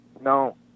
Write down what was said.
no